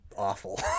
awful